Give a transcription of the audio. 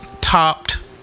topped